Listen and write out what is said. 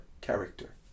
character